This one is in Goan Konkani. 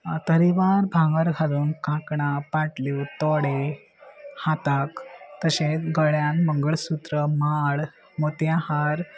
तरेवार भांगर घालून काकणां पांटल्यो तोडे हाताक तशेंच गळ्यान मंगळसूत्र माळ मोत्यां हार